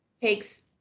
takes